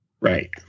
Right